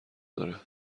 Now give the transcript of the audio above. داره